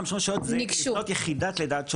150 רשויות זה לבנות יחידת לידה עד שלוש,